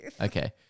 Okay